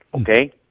okay